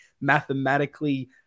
mathematically